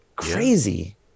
Crazy